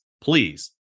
please